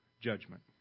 judgment